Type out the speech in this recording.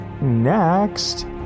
next